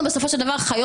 אנחנו בסופו של דבר חיים